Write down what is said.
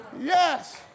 Yes